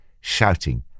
shouting